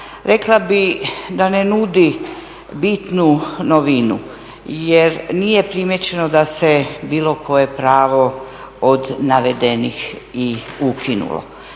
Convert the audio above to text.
rekla bi da ne nudi bitnu novinu jer nije primijećeno da se bilo koje pravo od navedenih i ukinulo,